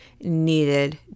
needed